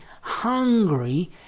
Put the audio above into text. hungry